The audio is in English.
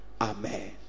Amen